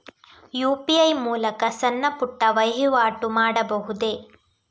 UPI ಮೂಲಕ ಸಣ್ಣ ಪುಟ್ಟ ವಹಿವಾಟು ಮಾಡಬಹುದೇ?